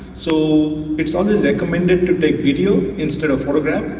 so it's always recommended to take video instead of photograph,